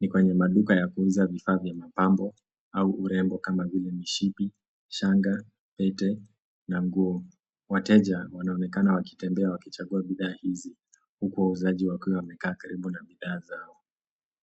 Ni kwenye maduka ya kuuza vifaa vya mapambo au urembo kama vile mishipi, shanga, pete na nguo. Wateja wanaonekana wakitembea wakichagua bidhaa hizi huku wauzaji wakiwa wamekaa karibu na bidhaa zao.